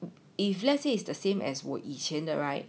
if let's say it's the same as 我以前的 right